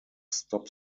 stop